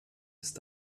ist